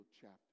chapter